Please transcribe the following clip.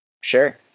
Sure